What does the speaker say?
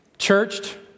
churched